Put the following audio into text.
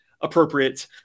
appropriate